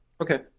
Okay